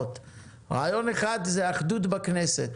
רעיון אחד הוא אחדות בכנסת,